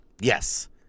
Yes